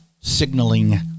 signaling